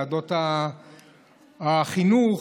החינוך,